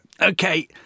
Okay